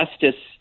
justice